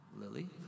Lily